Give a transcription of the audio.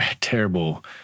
terrible